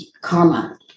karma